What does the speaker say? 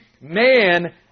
man